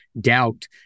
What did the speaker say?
doubt